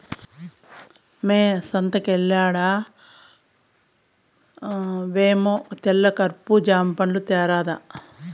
మ్మే సంతకెల్తండావేమో తెల్ల కర్బూజా పండ్లు తేరాదా